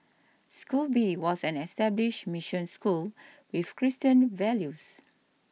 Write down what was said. school B was an established mission school with Christian values